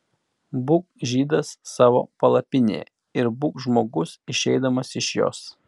būk žydas savo palapinėje ir būk žmogus išeidamas iš jos